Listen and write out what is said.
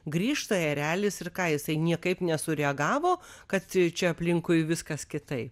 grįžta erelis ir ką jisai niekaip nesureagavo kad čia aplinkui viskas kitaip